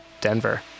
Denver